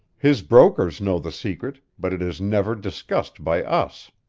his brokers know the secret, but it is never discussed by us.